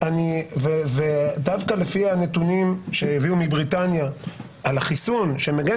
דווקא לפי הנתונים שהביאו מבריטניה על החיסון שמגן